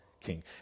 king